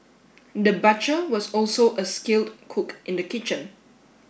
the butcher was also a skilled cook in the kitchen